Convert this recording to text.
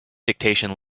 dictation